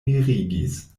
mirigis